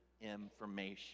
information